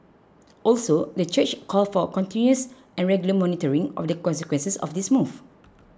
also the church called for continuous and regular monitoring of the consequences of this move